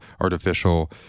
artificial